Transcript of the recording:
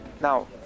Now